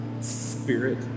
Spirit